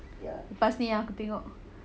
lepas ni aku tengok